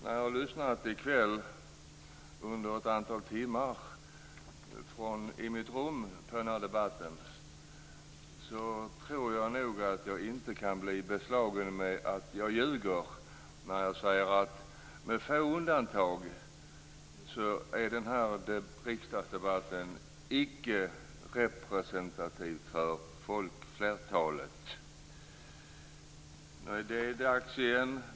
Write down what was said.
Jag har i kväll från mitt rum under ett antal timmar lyssnat på debatten och jag tror inte att jag kan bli beslagen med att ljuga när jag säger att den här riksdagsdebatten, med få undantag, icke är representativ för folkflertalet. Nu är det alltså dags igen.